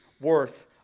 worth